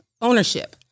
ownership